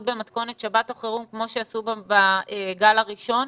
במתכונת שבת או חירום כמו שעשו בגל הראשון,